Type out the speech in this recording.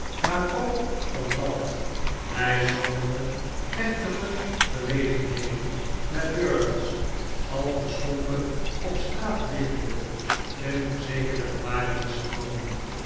maar ook omdat het by sommige plechtige gelegenheden met durdels als beschonken op straat liggende in verzekerde bewaring is genomen